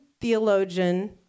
theologian